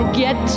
get